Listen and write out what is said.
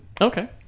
Okay